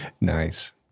nice